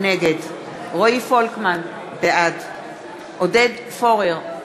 נגד רועי פולקמן, בעד עודד פורר,